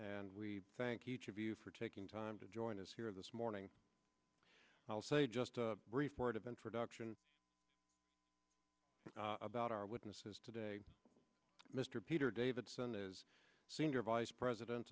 and we thank each of you for taking time to join us here this morning i will say just a brief word of introduction about our witnesses today mr peter davidson is senior vice president